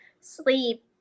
sleep